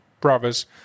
brothers